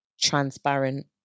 transparent